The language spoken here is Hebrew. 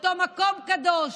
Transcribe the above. אותו מקום קדוש